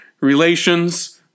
relations